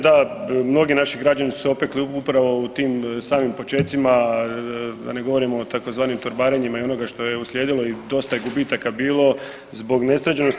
Da, mnogi naši građani su se opekli upravo u tim samim počecima da ne govorim o tzv. torbarenjima i onome što je uslijedilo i dosta je gubitaka bilo zbog nesređenosti.